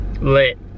Lit